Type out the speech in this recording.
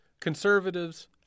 conservatives